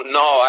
no